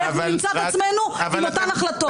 אנחנו נמצא את עצמנו עם אותן החלטות.